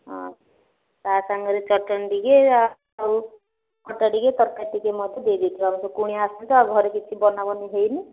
ହଁ ତା ସାଙ୍ଗରେ ଚଟଣୀ ଟିକେ ଆଉ ଖଟା ଟିକେ ତରକାରୀ ଟିକେ ମତେ ଦେଇଦିଅନ୍ତୁ ଆଉ କୁଣିଆ ଆସୁଛନ୍ତି ଆଉ ଘରେ କିଛି ବନାବନି ହେଇନି